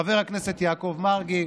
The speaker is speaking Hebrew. חבר הכנסת יעקב מרגי,